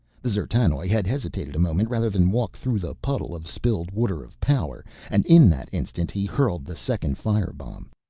the d'zertanoj had hesitated a moment rather than walk through the puddle of spilled water-of-power and in that instant he hurled the second fire bomb.